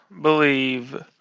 believe